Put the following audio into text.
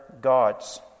gods